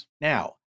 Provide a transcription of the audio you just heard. now